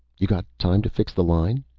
you got time to fix the line?